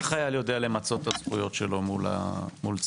החייל יודע למצות את הזכויות שלו מול צה"ל?